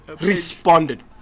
Responded